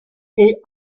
est